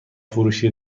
فروشی